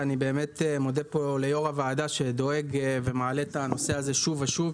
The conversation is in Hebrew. אני מודה ליושב-ראש הוועדה שדואג ומעלה את הנושא הזה שוב ושוב,